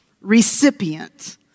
recipient